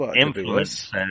Influence